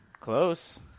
Close